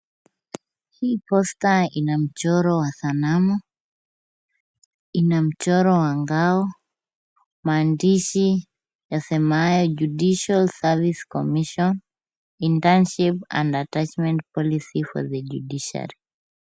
Hii poster ina mchoro wa sanamu, ina mchoro wa ngao, maandishi yasemayo Judicial service commission internship and attachment policy for the judiciary .